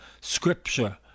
Scripture